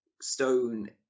Stone